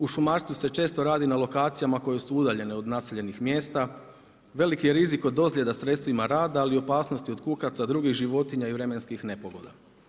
U šumarstvu se često radi na lokacijama koje su udaljene od naseljenih mjesta, velik je rizik od ozljeda sredstvima rada, ali opasnost od kukaca, drugih životinja i vremenskih nepogoda.